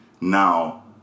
now